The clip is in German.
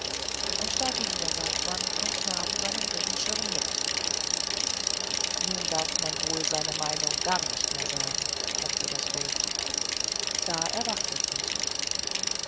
und da ging der sandmann und nahm seinen regenschirm mit nun darf man wohl seine meinung gar nicht mehr sagen brummte das bild da erwachte friedrich